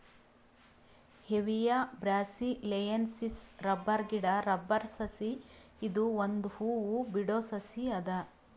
Hevea brasiliensis rubber ಗಿಡಾ rubber ಸಸಿ ಇದು ಒಂದ್ ಹೂ ಬಿಡೋ ಸಸಿ ಅದ